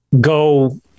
go